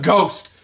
Ghost